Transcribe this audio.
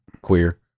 queer